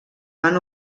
van